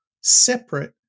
separate